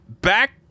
back